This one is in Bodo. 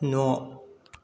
न'